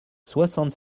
soixante